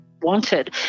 wanted